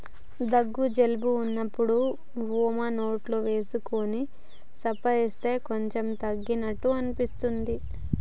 దగ్గు జలుబు వున్నప్పుడు వోమ నోట్లో వేసుకొని సప్పరిస్తే కొంచెం తగ్గినట్టు అనిపిస్తది